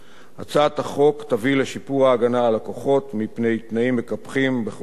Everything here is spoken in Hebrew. הצעת החוק תביא לשיפור ההגנה על לקוחות מפני תנאים מקפים בחוזים אחידים.